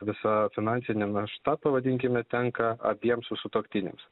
visa finansinė našta pavadinkime tenka abiem sutuoktiniams